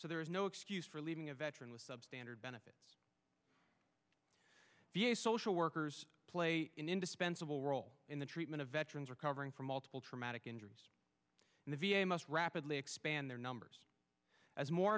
so there is no excuse for leaving a veteran with substandard benefits be a social workers play an indispensable role in the treatment of veterans recovering from multiple traumatic injuries the v a must rapidly expand their numbers as more